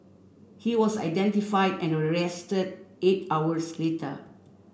he was identify and arrested eight hours later